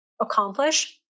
accomplish